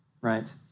right